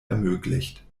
ermöglicht